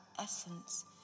essence